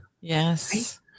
Yes